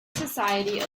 society